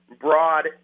broad